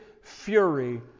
fury